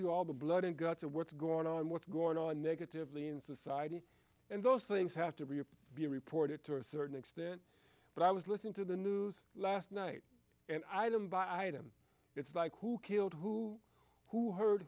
you all the blood and guts of what's gone on what's going on negatively in society and those things have to really be reported to a certain extent but i was listening to the news last night and i them by him it's like who killed who who h